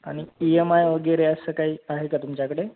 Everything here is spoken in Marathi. आणि ई यम आय वगैरे असं काही आहे का तुमच्याकडे